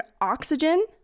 oxygen